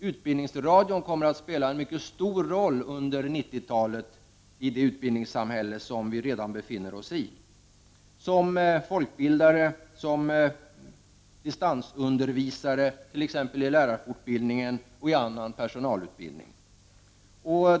Utbildningsradion kommer, i det utbildningssamhälle som vi redan befinner oss i, under 90-talet att spela en mycket stor roll som folkbildare, som distansundervisare, t.ex. i lärarfortbildningen, och i annan personalutbildning.